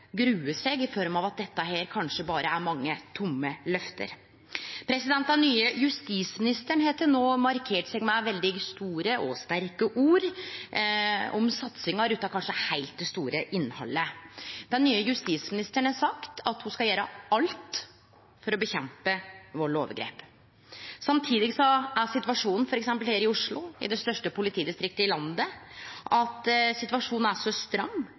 grue seg, i form av at dette kanskje berre er mange tomme løfte. Den nye justisministeren har til no markert seg med veldig store og sterke ord om satsinga, men kanskje utan det heilt store innhaldet. Den nye justisministeren har sagt at ho skal gjere alt for å nedkjempe vald og overgrep. Samtidig er situasjonen f.eks. her i Oslo, det største politidistriktet i landet, så stram